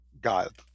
god